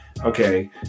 okay